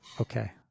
Okay